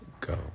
go